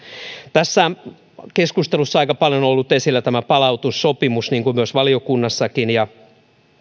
tässä keskustelussa on aika paljon ollut esillä tämä palautussopimus niin kuin myös valiokunnassakin ja